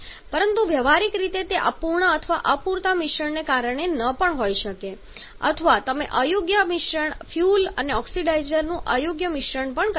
પરંતુ વ્યવહારીક રીતે તે અપૂર્ણ અથવા અપૂરતા મિશ્રણને કારણે ન હોઈ શકે અથવા તમે અયોગ્ય મિશ્રણ ફ્યુઅલ અને ઓક્સિડાઇઝરનું અયોગ્ય મિશ્રણ કહી શકો